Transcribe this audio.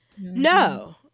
No